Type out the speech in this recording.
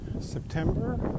September